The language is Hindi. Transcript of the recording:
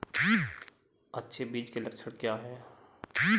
अच्छे बीज के लक्षण क्या हैं?